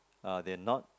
uh they are not